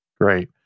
Great